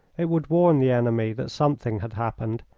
it would warn the enemy that something had happened,